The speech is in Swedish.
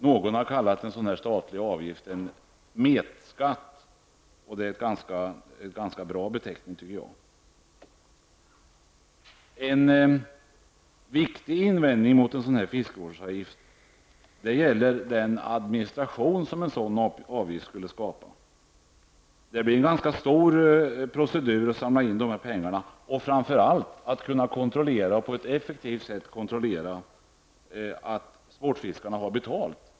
Någon har kallat en sådan här statlig avgift för en ''metskatt''. Det tycker jag är en ganska bra beteckning. En viktig invändning mot en sådan här fiskevårdsavgift gäller den administration som avgiften skulle skapa. Det blir en ganska stor procedur att samla in dessa pengar och framför allt att på ett effektivt sätt kunna kontrollera att sportfiskarna har betalt.